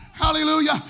Hallelujah